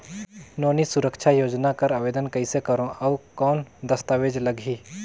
नोनी सुरक्षा योजना कर आवेदन कइसे करो? और कौन दस्तावेज लगही?